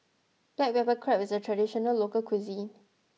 Black Pepper Crab is a traditional local cuisine